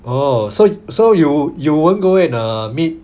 oh so so you you won't go and err meet